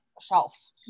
shelf